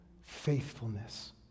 faithfulness